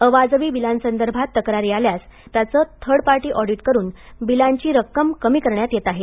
अवाजवी बीलांसदर्भात तक्रारी आल्यास त्याचं थर्ड पार्टी ऑडिट करून बीलांची रक्कम कमी करण्यात येत आहे